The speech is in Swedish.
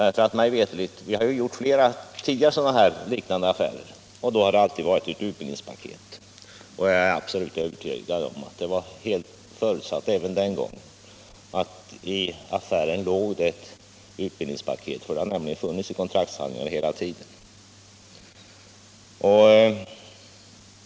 Sverige har ju tidigare gjort flera liknande affärer, och då har det alltid varit ett utbildningspaket med. Jag är övertygad om att det var förutsatt även den här gången att i affären låg ett utbildningspaket. Det har nämligen funnits i kontraktshandlingarna hela tiden.